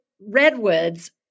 redwoods